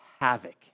havoc